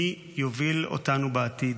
מי יוביל אותנו בעתיד?